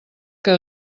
que